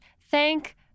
thank